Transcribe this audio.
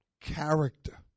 Character